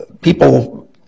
people